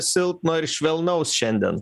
silpno ir švelnaus šiandien